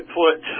put